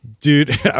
dude